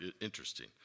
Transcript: interesting